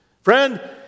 Friend